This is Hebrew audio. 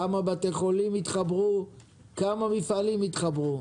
כמה בתי חולים התחברו וכמה מפעלים התחברו.